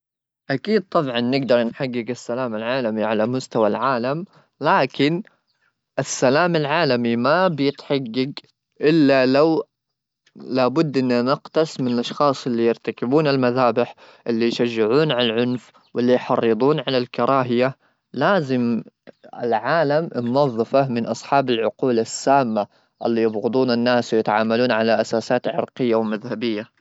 اكيد طبعا نقدر نحقق السلام العالمي على مستوى العالم لكن السلام العالمي ما بيتحقق الا لو لابد ان نقتص من الاشخاص اللي يرتكبون المذابح اللي يشجعون عن العنف واللي يحرضون على الكراهيه لازم العالم منظفه من اصحاب العقول السامه اللي يبغضون الناس ويتعاملون على اساسات عرقيه ومذهبيه.